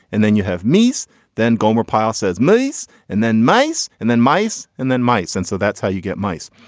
and then you have meese then gomer pyle says meese and then mice and then mice and then mice and so that's how you get mice.